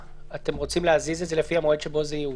אתם רוצים להזיז את זה לפי המועד שבו זה יאושר?